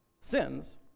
sins